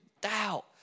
doubt